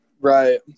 Right